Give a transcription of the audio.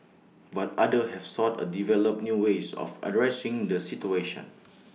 but others have sought A develop new ways of addressing the situation